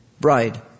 bride